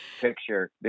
picture